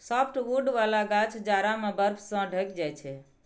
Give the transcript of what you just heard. softwood बला गाछ जाड़ा मे बर्फ सं ढकि जाइ छै